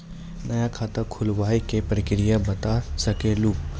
नया खाता खुलवाए के प्रक्रिया बता सके लू?